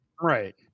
Right